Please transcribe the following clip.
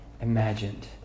imagined